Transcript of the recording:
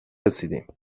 رسیدیم